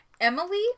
Emily